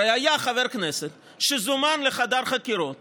הרי היה חבר כנסת שזומן לחדר חקירות